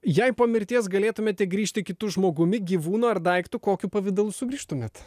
jei po mirties galėtumėte grįžti kitu žmogumi gyvūnu ar daiktu kokiu pavidalu sugrįžtumėt